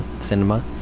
cinema